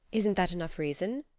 isn't that enough reason?